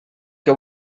que